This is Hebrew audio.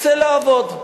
צא לעבוד.